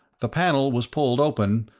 the panel was pulled open,